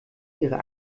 ihrer